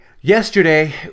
Yesterday